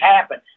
happen